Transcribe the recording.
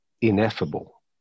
ineffable